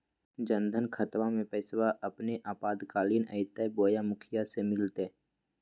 जन धन खाताबा में पैसबा अपने आपातकालीन आयते बोया मुखिया से मिलते?